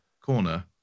corner